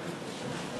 המדינה.)